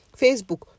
Facebook